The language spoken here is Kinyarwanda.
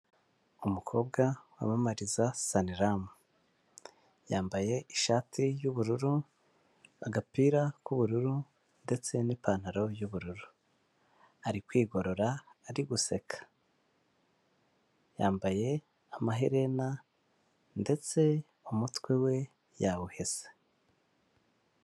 Umukobwa wamamariza saniramu, yambaye ishati y'ubururu, agapira k'ubururu ndetse n'ipantaro y'ubururu, ari kwigorora ari guseka, yambaye amaherena ndetse umutwe we yawuhese.